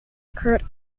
occurred